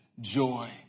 joy